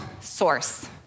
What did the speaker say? source